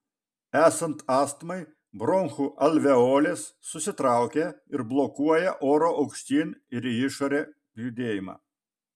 esant astmai bronchų alveolės susitraukia ir blokuoja oro aukštyn ir į išorę judėjimą